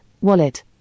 wallet